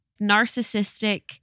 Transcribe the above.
narcissistic